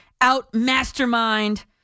out-mastermind